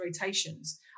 rotations